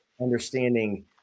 understanding